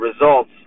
results